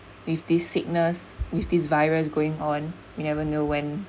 with this sickness with this virus going on you never know when